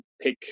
pick